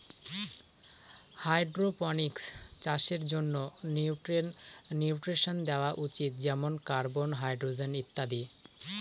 hydroponics চাষের জন্য nutrients দেওয়া উচিত যেমন কার্বন, হাইড্রজেন ইত্যাদি